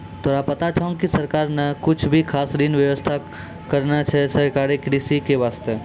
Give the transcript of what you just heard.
तोरा पता छौं कि सरकार नॅ भी कुछ खास ऋण के व्यवस्था करनॅ छै सहकारी कृषि के वास्तॅ